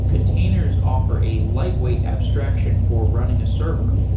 containers offer a lightweight abstraction for running a server.